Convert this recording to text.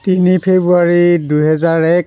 তিনি ফেব্ৰুৱাৰী দুহেজাৰ এক